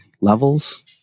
levels